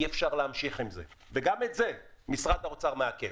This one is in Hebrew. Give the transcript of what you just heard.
אי אפשר להמשיך עם זה וגם את זה משרד האוצר מעכב.